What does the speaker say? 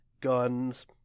guns